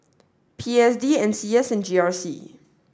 P S D N C S and G R C